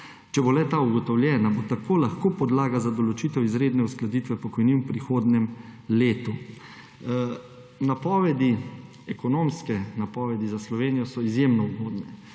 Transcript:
če bo le-ta ugotovljena, bo tako lahko podlaga za določitev izredne uskladitve pokojnin v prihodnjem letu. Ekonomske napovedi za Slovenijo so izjemno ugodne,